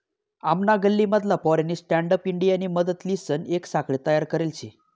आमना गल्ली मधला पोऱ्यानी स्टँडअप इंडियानी मदतलीसन येक साखळी तयार करले शे